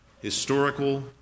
historical